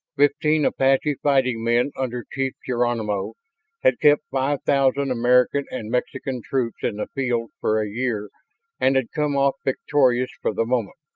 fifteen apache fighting men under chief geronimo had kept five thousand american and mexican troops in the field for a year and had come off victorious for the moment.